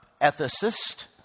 ethicist